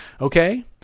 okay